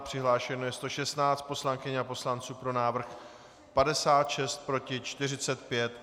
Přihlášeno je 116 poslankyň a poslanců, pro návrh 56, proti 45.